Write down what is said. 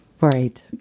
Right